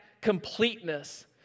completeness